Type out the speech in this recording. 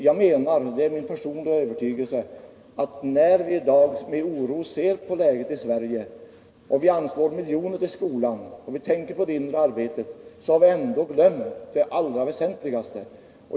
Jag menar — det är min personliga övertygelse — att när vi i dag med oro ser på läget i Sverige och anslår miljoner till skolan och tänker på det inre arbetet, har vi ändå glömt det allra väsentligaste.